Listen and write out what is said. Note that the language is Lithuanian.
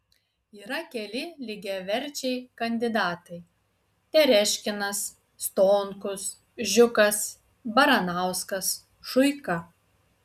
yra keli lygiaverčiai kandidatai tereškinas stonkus žiukas baranauskas šuika